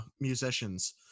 musicians